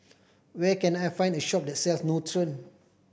where can I find a shop that sell Nutren